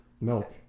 Milk